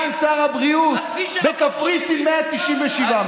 סגן שר הבריאות בקפריסין, 197 מתים.